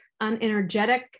unenergetic